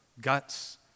guts